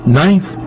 ninth